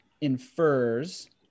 infers